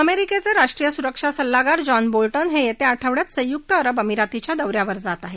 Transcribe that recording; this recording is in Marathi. अमेरिकेचे राष्ट्रीय सुरक्षा सल्लागार जॉन बोल उ हे येत्या आठवड्यात संयुक्त अरब अमिरातीच्या दौऱ्यावर जात आहेत